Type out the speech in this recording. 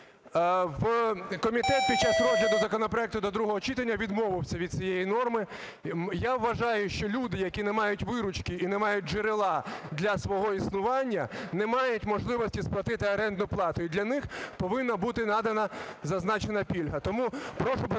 Підкомітет під час розгляду законопроекту до другого читання відмовився від цієї норми. Я вважаю, що люди, які не мають виручки і не мають джерела для свого існування, не мають можливості сплатити орендну плату, і для них повинна бути надана зазначена пільга. Тому прошу поставити